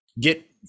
get